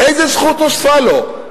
איזו זכות נוספה לו?